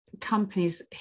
companies